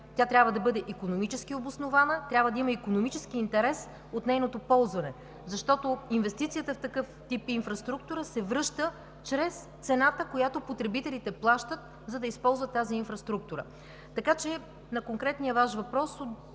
Тя трябва да бъде икономически обоснована, трябва да има икономически интерес от нейното ползване, защото инвестицията в такъв тип инфраструктура се връща чрез цената, която потребителите плащат, за да използват тази инфраструктура. На конкретния Ваш въпрос